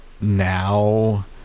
now